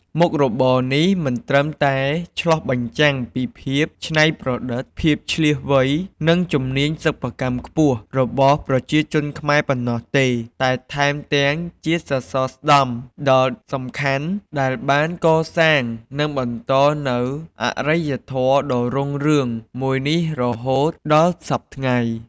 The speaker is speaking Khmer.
មុខរបរនេះមិនត្រឹមតែឆ្លុះបញ្ចាំងពីភាពច្នៃប្រឌិត ភាពឈ្លាសវៃ និងជំនាញសិប្បកម្មខ្ពស់របស់ប្រជាជនខ្មែរប៉ុណ្ណោះទេ តែថែមទាំងជាសសរស្តម្ភដ៏សំខាន់ដែលបានកសាងនិងបន្តនូវអរិយធម៌ដ៏រុងរឿងមួយនេះរហូតដល់ាសព្វថ្ងៃ។